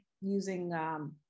using-